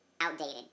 outdated